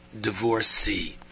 divorcee